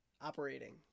operating